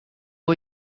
are